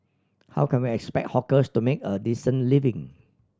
how can we expect hawkers to make a decent living